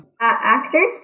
actors